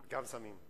גם סמים.